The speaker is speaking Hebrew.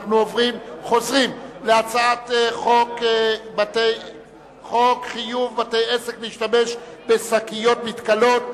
אנחנו חוזרים להצעת חוק חיוב בתי-עסק להשתמש בשקיות מתכלות,